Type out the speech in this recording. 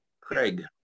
Craig